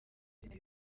imbere